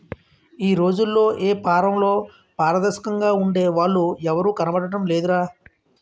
ఈ రోజుల్లో ఏపారంలో పారదర్శకంగా ఉండే వాళ్ళు ఎవరూ కనబడడం లేదురా